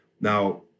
Now